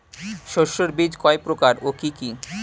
শস্যের বীজ কয় প্রকার ও কি কি?